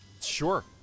Sure